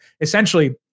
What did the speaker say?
essentially